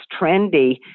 trendy